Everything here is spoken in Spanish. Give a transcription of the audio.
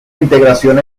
integración